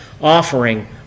offering